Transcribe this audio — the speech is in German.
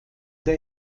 der